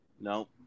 No